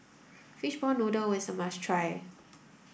fishball noodle is a must try